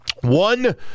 One